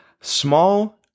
small